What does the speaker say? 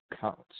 Counts